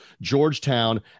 Georgetown